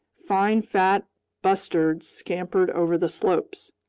fine fat bustards scampered over the slopes.